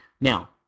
Now